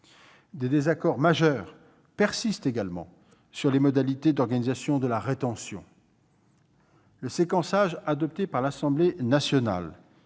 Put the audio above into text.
Des désaccords majeurs persistent également sur les modalités d'organisation de la rétention. Le séquençage adopté par l'Assemblée nationale